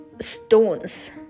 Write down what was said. stones